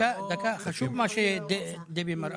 חשוב מה שדבי מראה.